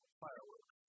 fireworks